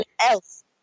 else